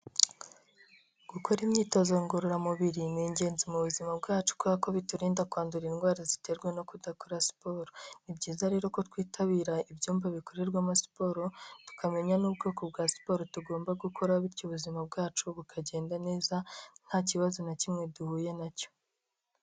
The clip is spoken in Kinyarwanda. Gukora imyitozo ngororamubiri ni ingenzi mu buzima bwacu kuko biturinda kwandura indwara ziterwa no kudakora siporo, ni byiza rero ko twitabira ibyumba bikorerwamo siporo tukamenya n'ubwoko bwa siporo tugomba gukora bityo ubuzima bwacu bukagenda neza nta kibazo na kimwe duhuye nacyo.